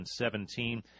2017